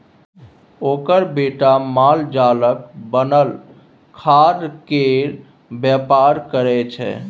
ओकर बेटा मालजालक बनल खादकेर बेपार करय छै